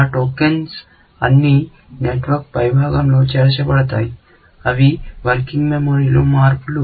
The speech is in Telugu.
ఆ టోకెన్స్ అని నెట్వర్క్ పైభాగంలో చేర్చబడతాయి అవి వర్కింగ్ మెమరీలో మార్పులు